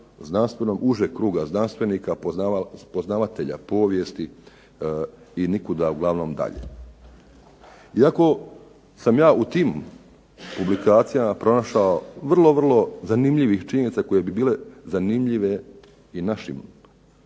užeg kruga znanstvenika, poznavatelja povijesti i nikuda uglavnom dalje. Iako sam ja u tim publikacijama pronašao vrlo, vrlo zanimljivih činjenica koje bi bile zanimljive i našim, velikom